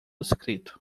escrito